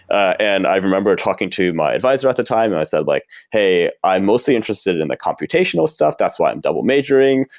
and i remember talking to my advisor at the time and i said like, hey, i'm mostly interested in the computational stuff, that's why i'm double majoring.